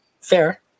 Fair